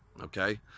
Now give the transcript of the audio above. Okay